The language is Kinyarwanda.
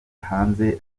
hanze